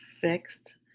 fixed